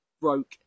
broke